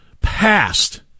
passed